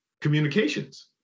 communications